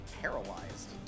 paralyzed